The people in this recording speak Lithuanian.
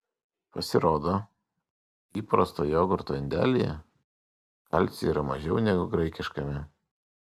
pasirodo įprasto jogurto indelyje kalcio yra mažiau negu graikiškame